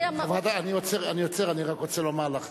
חברת הכנסת, אני עוצר, כי אני רק רוצה לומר לך,